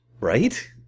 right